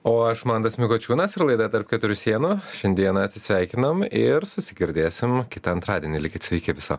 o aš mantas mikočiūnas ir laida tarp keturių sienų šiandieną atsisveikinam ir susigirdėsim kitą antradienį likit sveiki viso